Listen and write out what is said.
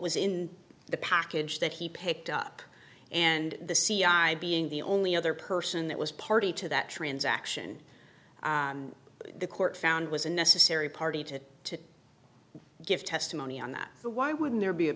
was in the package that he picked up and the c i being the only other person that was party to that transaction the court found was a necessary party to to give testimony on that so why wouldn't there be a